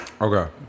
Okay